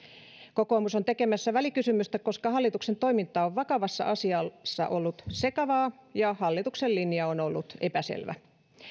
kokoomus on tekemässä välikysymystä koska hallituksen toiminta on vakavassa asiassa ollut sekavaa ja hallituksen linja on ollut epäselvä